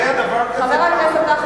היה דבר כזה פעם?